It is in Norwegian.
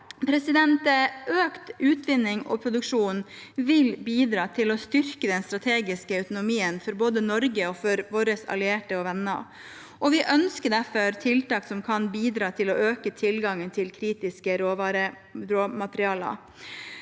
fram til. Økt utvinning og produksjon vil bidra til å styrke den strategiske autonomien for både Norge og for våre allierte og venner, og vi ønsker derfor tiltak som kan bidra til å øke tilgangen til kritiske råmaterialer.